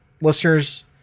listeners